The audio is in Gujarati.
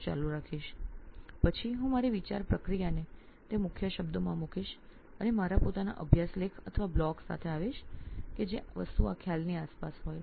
ત્યાર બાદ હું મારી વિચાર પ્રક્રિયાને તે મુખ્ય શબ્દોમાં મૂકીશ અને મારો પોતાના અભ્યાસ લેખ અથવા બ્લોગ પ્રસ્તુત કરીશ જે આ ખ્યાલની આસપાસ હોય